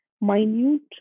minute